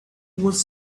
was